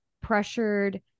pressured